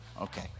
okay